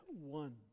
one